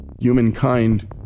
humankind